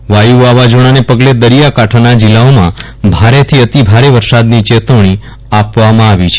વાયુ વાવાઝોડાને પગલે દરિયાકાંઠાના જિલ્લાઓમાં ભારેથી અતિભારે વરસાદની ચેતવણી આપવામાં આવી છે